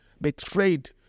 betrayed